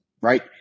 right